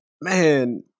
man